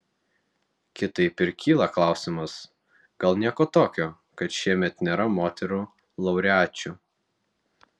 kitaip ir kyla klausimas gal nieko tokio kad šiemet nėra moterų laureačių